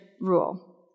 Rule